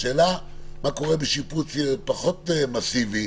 השאלה מה קורה בשיפוץ פחות מאסיבי,